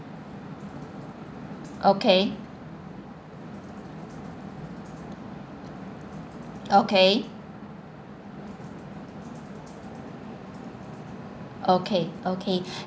okay okay okay okay